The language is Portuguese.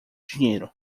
dinheiro